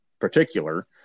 particular